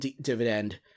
dividend